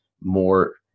more